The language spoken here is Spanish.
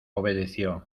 obedeció